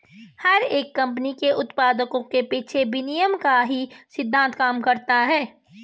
हर एक कम्पनी के उत्पाद के पीछे विनिमय का ही सिद्धान्त काम करता है